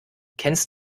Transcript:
kennst